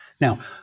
Now